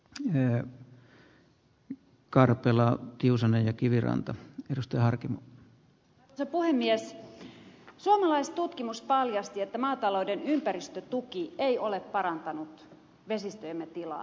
tiheään ja kartella kiusanneet kiviranta edustaja harkimo ja puhemies suomalaistutkimus paljasti aivan yksiselitteisesti että maatalouden ympäristötuki ei ole parantanut vesistöjemme tilaa